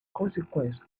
consequence